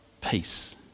peace